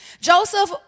Joseph